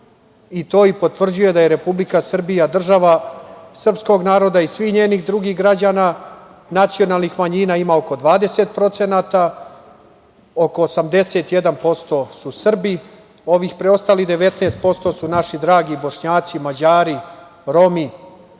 i to i potvrđuje da je Republika Srbija država srpskog naroda i svih njenih drugih građana. Nacionalnih manjina ima oko 20%, oko 81% su Srbi, ovi preostalih 19% su naši dragi Bošnjaci, Mađari, Romi,